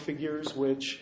figures which